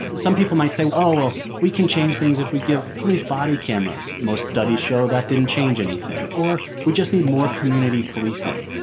some people might say, oh, well, we can change things if we give police body cameras. most studies show that didn't change anything. or, we just need more community policing.